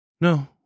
No